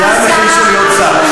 זה המחיר של להיות שר.